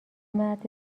مرد